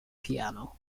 piano